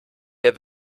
wer